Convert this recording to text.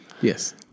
Yes